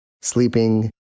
sleeping